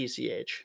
ECH